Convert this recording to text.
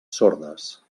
sordes